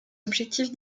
objectifs